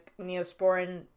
neosporin